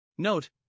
Note